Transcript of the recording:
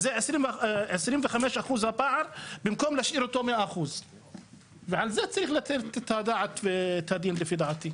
אז זה פער של 25% במקום להשאיר אותו 100%. ועל זה צריך לתת את הדעת ואת הדין לפי דעתי.